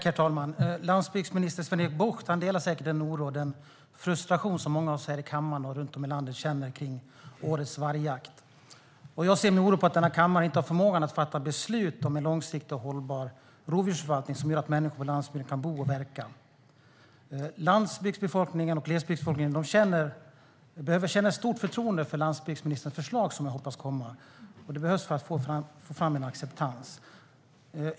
Herr talman! Landsbygdsminister Sven-Erik Bucht delar säkert den oro och frustration många av oss här i kammaren och runt om i landet känner kring årets vargjakt. Jag ser med oro på att denna kammare inte har förmågan att fatta beslut om en långsiktig och hållbar rovdjursförvaltning som gör att människor kan bo och verka på landsbygden. Landsbygdsbefolkningen och glesbygdsbefolkningen behöver känna ett stort förtroende för landsbygdsministers förslag, som jag hoppas kommer. Det behövs för att få fram en acceptans.